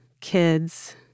kids